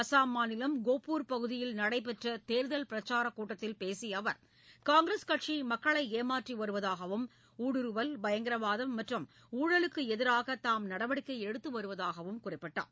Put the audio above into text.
அஸ்ஸாம் மாநிலம்ட கோபூர் பகுதியில் நடைபெற்ற தேர்தல் பிரச்சாரக் கூட்டத்தில் பேசிய அவர் காங்கிரஸ் கட்சி மக்களை ஏமாற்றி வருவதாகவும் ஊடுருவல் பயங்கரவாதம் மற்றும் ஊழலுக்கு எதிராக தாம் நடவடிக்கை எடுத்து வருவதாகவும் குறிப்பிட்டார்